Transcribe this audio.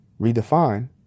redefine